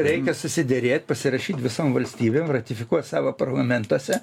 reikia susiderėt pasirašyt visom valstybėm ratifikuot savo parlamentuose